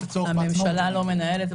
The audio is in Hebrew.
הממשלה לא מנהלת,